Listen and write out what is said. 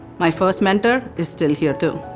my first mentor is still here too.